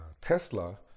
Tesla